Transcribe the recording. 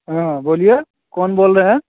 हाँ बोलिए कौन बोल रहें